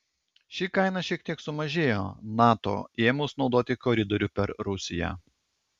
ši kaina šiek tiek sumažėjo nato ėmus naudoti koridorių per rusiją